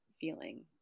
feeling